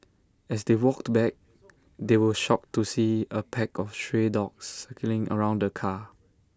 as they walked back they were shocked to see A pack of stray dogs circling around the car